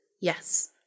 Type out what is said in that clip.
Yes